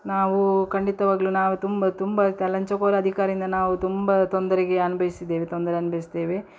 ನಾವು ಖಂಡಿತವಾಗಲೂ ನಾವು ತುಂಬ ತುಂಬ ತ ಲಂಚಕೋರ ಅಧಿಕಾರಿಯಿಂದ ನಾವು ತುಂಬ ತೊಂದರೆಗೆ ಅನುಭವಿಸಿದ್ದೇವೆ ತೊಂದರೆ ಅನುಭವಿಸ್ತೇವೆ